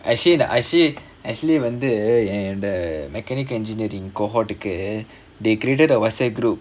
actually actually actually வந்து என்னோட:vanthu ennoda mechanical engineering cohort க்கு:kku they created a WhatsApp group